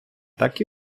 так